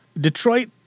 Detroit